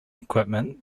equipment